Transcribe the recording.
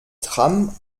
tram